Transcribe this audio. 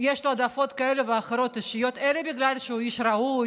שיש לו העדפות אישיות כאלה או אחרות אלא בגלל שהוא איש ראוי,